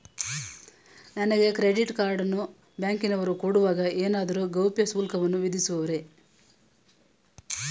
ನನಗೆ credit card ಅನ್ನು ಬ್ಯಾಂಕಿನವರು ಕೊಡುವಾಗ ಏನಾದರೂ ಗೌಪ್ಯ ಶುಲ್ಕವನ್ನು ವಿಧಿಸುವರೇ?